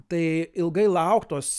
tai ilgai lauktos